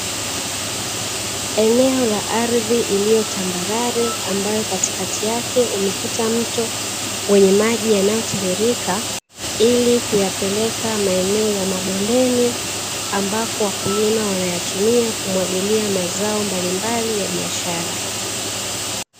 Eneo la ardhi iliyo tambalale ambayo katikati yake umepita mto wenye maji yanayo tiririka ili kuyapeleka maeneo ya mabondeni ambako wakulima wanayatumia kumwagilia mazao mbalimbali ya biashara.